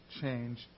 change